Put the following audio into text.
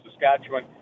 Saskatchewan